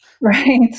Right